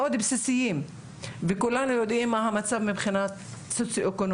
בסיסיים וכולנו יודעים מה המצב מבחינה סוציואקונומית.